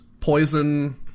Poison